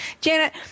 Janet